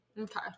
okay